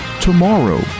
tomorrow